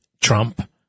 Trump